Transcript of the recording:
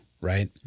Right